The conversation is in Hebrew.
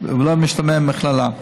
ומדעת, ולא במשתמע מכללא.